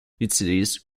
utilisent